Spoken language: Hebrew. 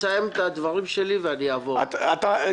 תהיה ארוכה ואי אפשר להגיע למצב שבו האירוע לא יסתיים ואנחנו גם